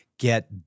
Get